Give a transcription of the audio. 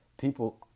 people